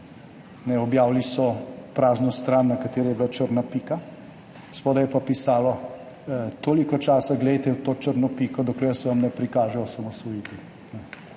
travo. Objavili so prazno stran, na kateri je bila črna pika, spodaj pa je pisalo: »Toliko časa glejte v to črno piko, dokler se vam ne prikaže osamosvojitev.«